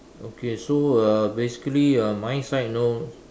okay so uh basically uh my side no